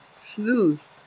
snooze